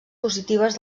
positives